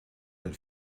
but